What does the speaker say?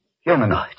Humanoids